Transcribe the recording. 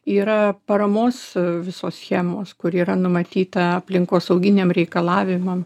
yra paramos visos schemos kur yra numatyta aplinkosauginiam reikalavimam